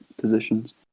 positions